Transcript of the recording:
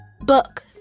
Book